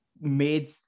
made